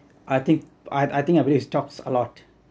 I think I I think I believe talks a lot